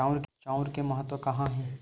चांउर के महत्व कहां हे?